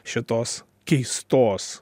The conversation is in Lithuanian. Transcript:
šitos keistos